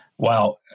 Wow